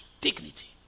dignity